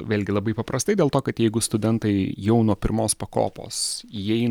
vėlgi labai paprastai dėl to kad jeigu studentai jau nuo pirmos pakopos įeina